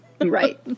right